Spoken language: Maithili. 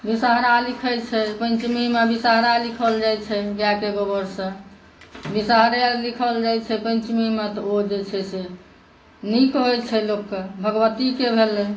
विषहरा लिखै छै पञ्चमीमे विषहरा लिखल जाइ छै गायके गोबरसँ विषहरा लिखल जाइ छै पञ्चमीमे तऽ ओ जे छै से नीक होइ छै लोककेँ भगवतीके भेलै